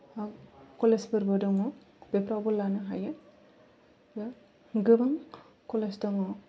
college फोरबो दङ बेफोरावबो लानो हायो गोबां कलेज दङ